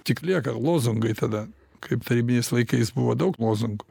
tik lieka lozungai tada kaip tarybiniais laikais buvo daug lozungų